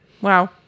Wow